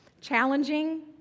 challenging